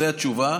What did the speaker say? זו התשובה,